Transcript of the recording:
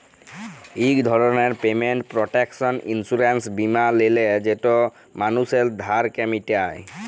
ইক ধরলের payment protection insurance বীমা লিলে যেট মালুসের ধারকে মিটায়